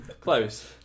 Close